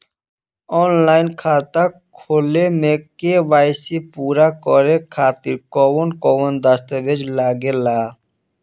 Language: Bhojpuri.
आनलाइन खाता खोले में के.वाइ.सी पूरा करे खातिर कवन कवन दस्तावेज लागे ला?